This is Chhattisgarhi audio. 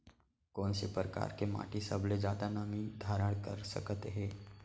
कोन से परकार के माटी सबले जादा नमी धारण कर सकत हे?